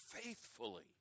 faithfully